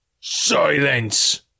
Silence